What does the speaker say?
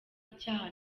icyaha